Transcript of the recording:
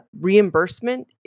reimbursement